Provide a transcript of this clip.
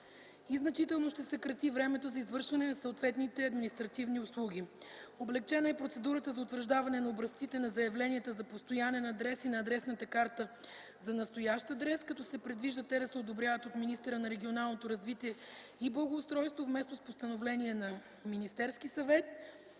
и значително ще се съкрати времето за извършване на съответните административни услуги. Облекчена е процедурата за утвърждаване на образците на заявление за постоянен адрес и на адресна карта за настоящ адрес, като се предвижда те да се одобряват от министъра на регионалното развитие и благоустройството, вместо с постановление на Министерския съвет.